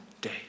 day